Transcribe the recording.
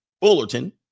Fullerton